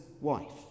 wife